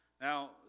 Now